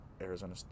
Arizona